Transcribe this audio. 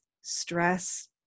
stress